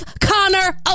Connor